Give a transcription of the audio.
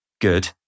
good